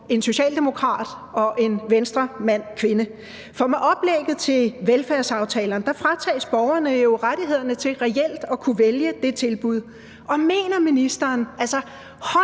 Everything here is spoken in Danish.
en socialdemokrat og en Venstremand/-kvinde. For med oplægget til velfærdsaftalerne fratages borgerne jo rettighederne til reelt at kunne vælge det tilbud. Og mener ministeren – hånden